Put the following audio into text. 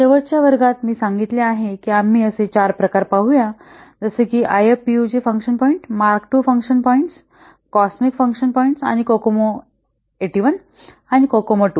शेवटच्या वर्गात मी सांगितले आहे की आम्ही असे 4 प्रकार पाहुया जसे की IFPUG function points mark II function points COSMIC function points आणि कोकोमो 81 आणि कोकोमो II